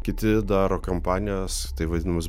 kiti daro kampanijas taip vadinamus